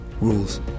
rules